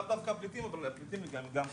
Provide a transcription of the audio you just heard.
לאו פליטים אבל הפליטים הם גם חלק.